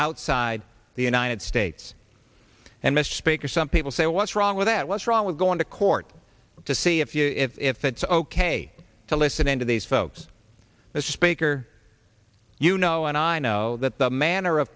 outside the united states and mr speaker some people say what's wrong with that what's wrong with going to court to see if you if it's ok to listen in to these folks the speaker you know and i know that the manner of